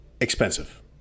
expensive